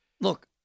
Look